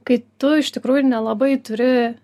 kai tu iš tikrųjų ir nelabai turi